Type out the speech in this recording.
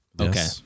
Okay